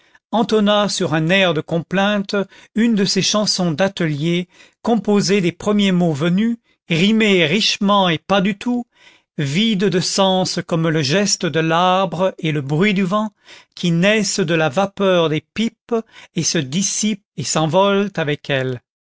entonna sur un air de complainte une de ces chansons d'atelier composées des premiers mots venus rimées richement et pas du tout vides de sens comme le geste de l'arbre et le bruit du vent qui naissent de la vapeur des pipes et se dissipent et s'envolent avec elle